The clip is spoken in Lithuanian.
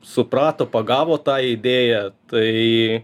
suprato pagavo tą idėją tai